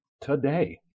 today